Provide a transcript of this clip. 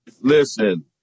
Listen